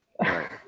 Right